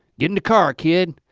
get in the car, kid.